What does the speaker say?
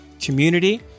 community